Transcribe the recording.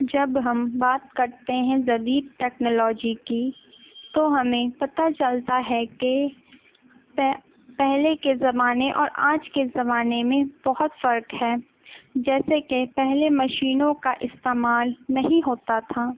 جب ہم بات کرتے ہیں جدید ٹیکنالوجی کی تو ہمیں پتا چلتا ہے کہ پہلے کے زمانے اور آج کے زمانے میں بہت فرق ہے جیسے کہ پہلے مشینوں کا استعمال نہیں ہوتا تھا